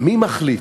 מי מחליט?